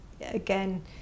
again